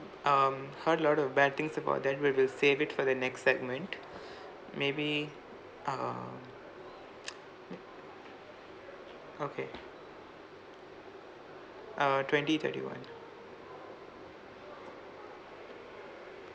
um heard lot of bad things about that we will save it for the next segment maybe err okay uh twenty thirty-one